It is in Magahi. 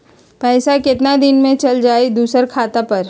पैसा कितना दिन में चल जाई दुसर खाता पर?